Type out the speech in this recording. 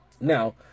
Now